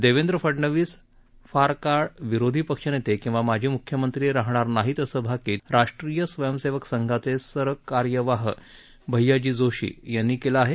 देवेंद्र फडनवीस फारकाळ विरोधी पक्षनेते किंवा माजी मुख्यमंत्री राहणार नाहीत असं भाकित राष्ट्रीय स्वयंसेवक संघाचे सहकार्यवाहक भैयाजी जोशी यांनी केलं आहे